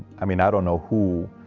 i mean. i don't know who